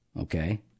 Okay